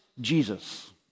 Jesus